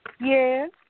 Yes